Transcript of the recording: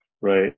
right